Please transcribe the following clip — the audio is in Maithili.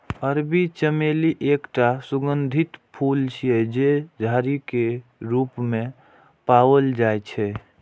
अरबी चमेली एकटा सुगंधित फूल छियै, जे झाड़ी के रूप मे पाओल जाइ छै